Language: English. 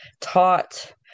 taught